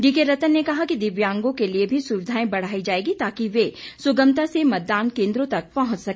DK Rattan ने कहा कि दिव्यांगों के लिए भी सुविधाएं बढ़ाई जाएगी ताकि वे सुगमता से मतदान केंद्रों तक पहुंच सके